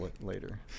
later